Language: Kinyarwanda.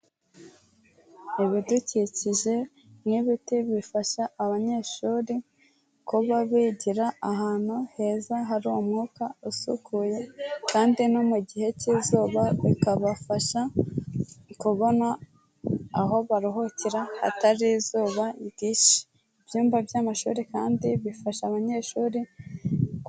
Ibidukikije n'ibiti bifasha abanyeshuri kuba bigira ahantu heza hari umwuka usukuye, kandi no mu gihe cy'izuba bikabafasha kubona aho baruhukira hatari izuba ryinshi. Ibyumba by'amashuri kandi bifasha abanyeshuri.